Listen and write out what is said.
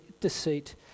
deceit